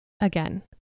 again